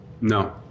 No